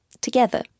Together